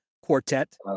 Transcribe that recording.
quartet